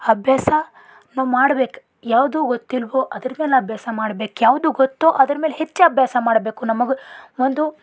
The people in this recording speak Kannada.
ಅಭ್ಯಾಸ ನಾವು ಮಾಡ್ಬೇಕು ಯಾವುದು ಗೊತ್ತಿಲ್ಲವೋ ಅದ್ರ ಮೇಲೆ ಅಭ್ಯಾಸ ಮಾಡ್ಬೇಕು ಯಾವುದು ಗೊತ್ತೋ ಅದ್ರ ಮೇಲೆ ಹೆಚ್ಚು ಅಭ್ಯಾಸ ಮಾಡಬೇಕು ನಮಗೂ ಒಂದು